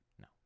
No